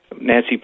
Nancy